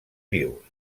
vius